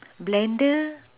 blender